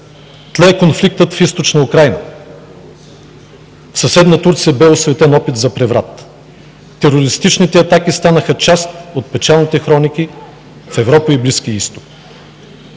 Тлее конфликтът в Източна Украйна. В съседна Турция бе осуетен опит за преврат. Терористичните атаки станаха част от печалните хроники в Европа и Близкия Изток.